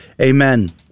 amen